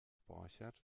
borchert